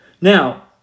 Now